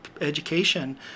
education